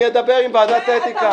אני אדבר עם ועדת האתיקה.